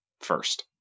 first